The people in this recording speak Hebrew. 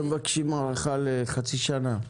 ומבקשים הארכה לחצי שנה?